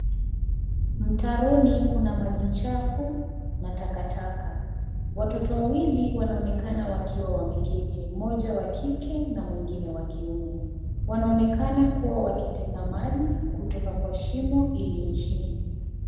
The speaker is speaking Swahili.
Mtaroni kuna maji chafu na takataka .watoto wawili wanaonekana wakiwa wameketi mmoja wa kike mwingine wa kiume. Wanaonekana kuwa wakiteka Maji kutoka kwa Shimo iliyo chini.